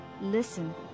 Listen